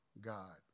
God